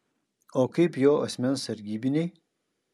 o kaip jo asmens sargybiniai